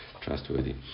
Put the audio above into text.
trustworthy